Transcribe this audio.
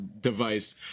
device